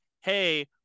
hey